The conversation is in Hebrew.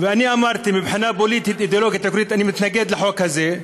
ואני אמרתי שמבחינה פוליטית-אידיאולוגית אני מתנגד לחוק הזה.